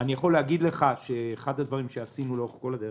אני יכול להגיד לך שאחד הדברים שעשינו לאורך כל הדבר